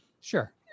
Sure